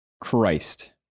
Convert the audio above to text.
Christ